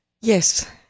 Yes